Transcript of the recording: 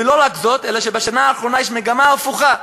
ולא רק זאת, אלא שבשנה האחרונה יש מגמה הפוכה,